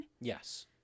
Yes